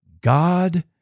God